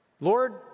lord